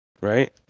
right